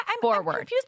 forward